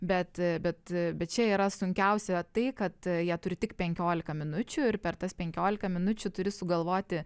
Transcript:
bet bet bet čia yra sunkiausia tai kad jie turi tik penkiolika minučių ir per tas penkiolika minučių turi sugalvoti